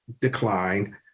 decline